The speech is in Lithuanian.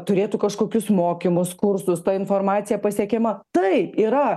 turėtų kažkokius mokymus kursus ta informacija pasiekiama taip yra